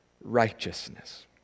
righteousness